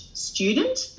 student